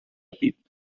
pit